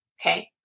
Okay